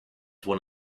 one